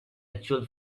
actual